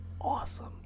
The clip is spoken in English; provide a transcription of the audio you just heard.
awesome